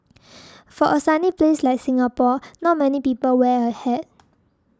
for a sunny place like Singapore not many people wear a hat